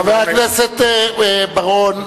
חבר הכנסת בר-און,